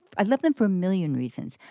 i love them for a million reasons,